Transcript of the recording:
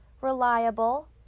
reliable